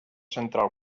central